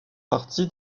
parti